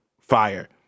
fire